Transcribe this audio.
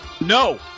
no